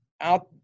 out –